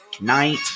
Night